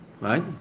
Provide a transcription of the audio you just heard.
Right